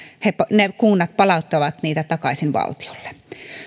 kunnat palauttavat niitä takaisin valtiolle